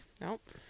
nope